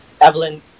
Evelyn